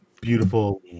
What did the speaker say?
beautiful